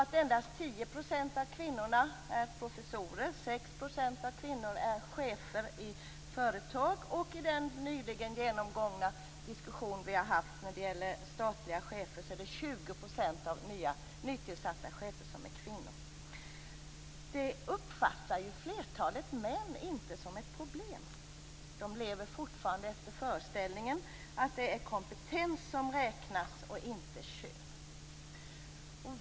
Att endast 10 % av professorerna är kvinnor, att 6 % av cheferna i företag är kvinnor och att, enligt den nyligen genomgångna diskussion vi har haft, 20 % av nytillsatta statliga chefer är kvinnor uppfattar flertalet män inte som ett problem. De lever fortfarande efter föreställningen att det är kompetens som räknas och inte kön.